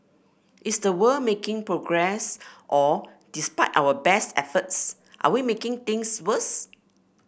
is the world making progress or despite our best efforts are we making things worse